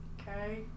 Okay